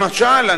למשל,